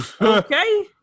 Okay